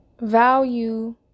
Value